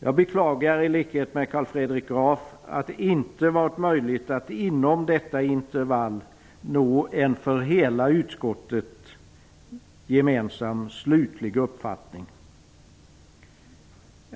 Jag beklagar i likhet med Carl Fredrik Graf att det inte varit möjligt att inom detta intervall nå en för hela utskottet gemensam slutlig uppfattning.